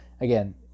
again